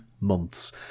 months